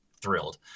thrilled